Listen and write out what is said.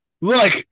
Look